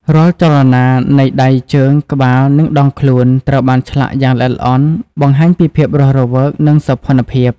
រាល់ចលនានៃដៃ ជើង ក្បាល និងដងខ្លួន ត្រូវបានឆ្លាក់យ៉ាងល្អិតល្អន់បង្ហាញពីភាពរស់រវើក និងសោភ័ណភាព។